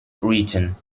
region